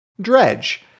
Dredge